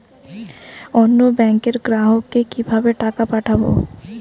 অন্য ব্যাংকের গ্রাহককে কিভাবে টাকা পাঠাবো?